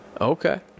Okay